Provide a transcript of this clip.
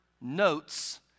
notes